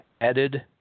added